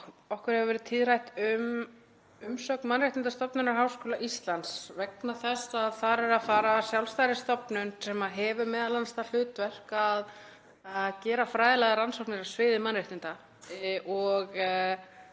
Okkur hefur orðið tíðrætt um umsögn Mannréttindastofnunar Háskóla Íslands vegna þess að þar er á ferðinni sjálfstæð stofnun sem hefur m.a. það hlutverk að gera fræðilegar rannsóknir á sviði mannréttinda og